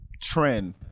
trend